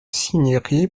cinieri